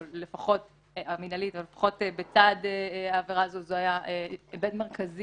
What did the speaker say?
אבל לפחות בצד העבירה הזו זה היה היבט מרכזי